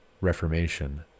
reformation